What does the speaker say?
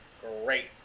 great